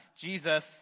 Jesus